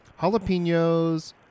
jalapenos